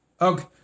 Okay